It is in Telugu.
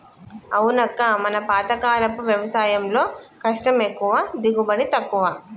అవునక్క మన పాతకాలపు వ్యవసాయంలో కష్టం ఎక్కువ దిగుబడి తక్కువ